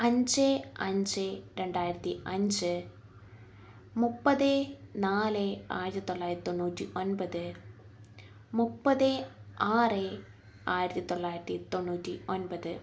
അഞ്ച് അഞ്ച് രണ്ടായിരത്തി അഞ്ച് മുപ്പത് നാല് ആയിരത്തിത്തൊള്ളായിരത്തി തൊണ്ണൂറ്റി ഒൻപത് മുപ്പത് ആറ് ആയിരത്തിത്തൊള്ളായിരത്തി തൊണ്ണൂറ്റി ഒൻപത്